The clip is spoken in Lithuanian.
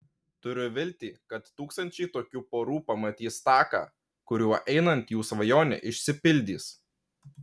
turiu viltį kad tūkstančiai tokių porų pamatys taką kuriuo einant jų svajonė išsipildys